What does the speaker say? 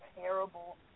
terrible